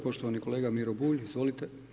Poštovani kolega Miro Bulj, izvolite.